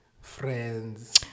friends